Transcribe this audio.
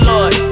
Lord